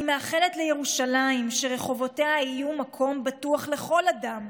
אני מאחלת לירושלים שרחובותיה יהיו מקום בטוח לכל אדם,